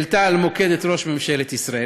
העלתה על המוקד את ראש ממשלת ישראל.